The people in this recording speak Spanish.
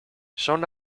son